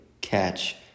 catch